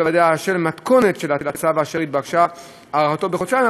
לוועדה אשר למתכונת של הצו אשר התבקשה הארכתו בחודשיים.